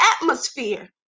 atmosphere